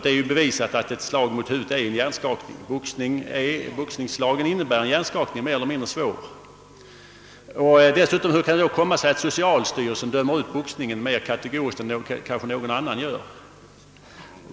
Det är bevisat att boxningsslagen mot huvudet medför en hjärnskakning mer eller mindre svår. Och om boxningen skulle ha så värdefulla sociala verkningar, hur kan det komma sig att socialstyrelsen dömer ut boxningen mera kategoriskt än kanske någon annan gör?